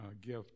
gift